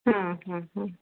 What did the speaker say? हा ह ह